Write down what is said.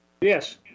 Yes